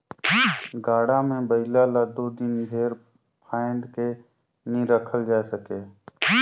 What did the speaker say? गाड़ा मे बइला ल दो दिन भेर फाएद के नी रखल जाए सके